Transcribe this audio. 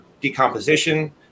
decomposition